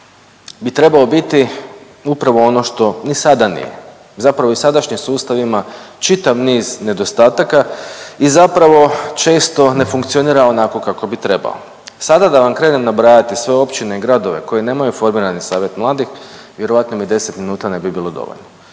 bi trebao biti upravo ono što ni sada nije. Zapravo i sadašnji sustav ima čitav niz nedostataka i zapravo često ne funkcionira onako kako bi trebao. Sada da vam krenem nabrajati sve općine, gradove koji nemaju formirani savjet mladih vjerojatno mi 10 minuta ne bi bilo dovoljno.